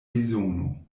bezono